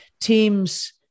teams